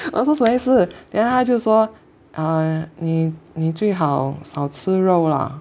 我说什么意思 then 他就说 err 你你最好少吃肉啦